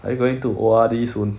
are you going to O_R_D soon